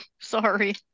Sorry